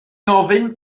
ofyn